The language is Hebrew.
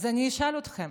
אז אני אשאל אתכם: